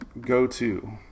go-to